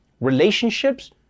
relationships